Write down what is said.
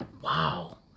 Wow